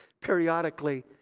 periodically